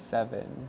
Seven